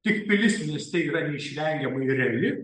tik pilis mieste yra neišvengiamai reali